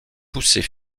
pousser